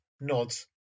nods